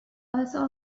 also